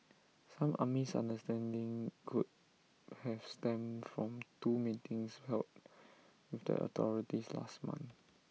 some unmisunderstanding could have stemmed from two meetings held with the authorities last month